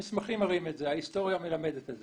המסמכים מראים את זה, ההיסטוריה מלמדת את זה.